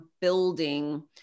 building